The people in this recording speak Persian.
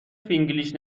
فینگلیش